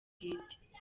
bwite